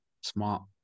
Smart